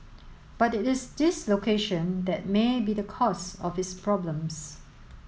but it is this location that may be the cause of its problems